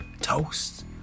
toast